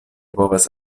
povas